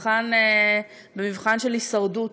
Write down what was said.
במבחן של הישרדות.